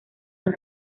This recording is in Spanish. los